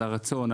על הרצון,